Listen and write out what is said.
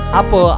apa